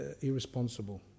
irresponsible